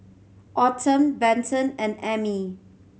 Autumn Benton and Ammie